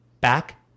back